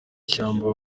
ishyamba